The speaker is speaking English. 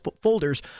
folders